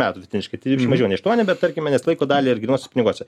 metų vidutiniškai tai biškį mažiau nei aštuoni bet tarkime nes laiko dalį ir grynuose piniguose